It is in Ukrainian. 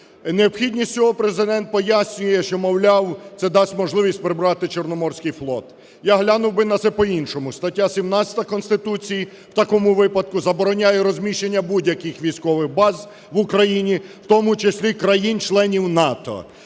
Необхідність цього Президент пояснює, що, мовляв, це дасть можливість прибрати Чорноморський флот. Я глянув би на це по-іншому: стаття 17 Конституції в такому випадку забороняє розміщення будь-яких військових баз в Україні, в тому числі країн-членів НАТО.